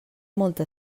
molta